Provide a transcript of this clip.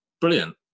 Brilliant